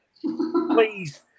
please